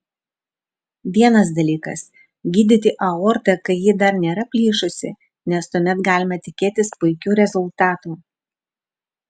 vienas dalykas gydyti aortą kai ji dar nėra plyšusi nes tuomet galima tikėtis puikių rezultatų